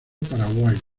paraguay